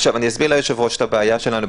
אסביר ליושב-ראש את הבעיה שלנו,